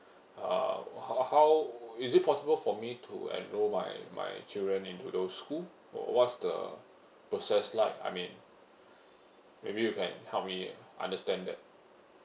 uh how how is it possible for me to enrol my my children into those school or what's the process like I mean maybe you can help me understand that